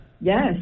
Yes